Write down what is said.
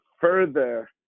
further